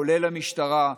כולל המשטרה,